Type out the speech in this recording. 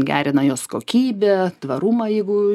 gerina jos kokybę tvarumą jeigu